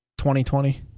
2020